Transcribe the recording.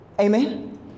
Amen